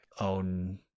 own